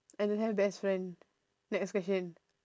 I don't have best friend next question